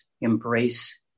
embrace